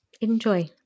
Enjoy